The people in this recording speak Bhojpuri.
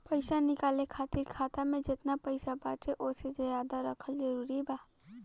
पईसा निकाले खातिर खाता मे जेतना पईसा बाटे ओसे ज्यादा रखल जरूरी बा?